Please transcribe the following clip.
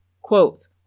quotes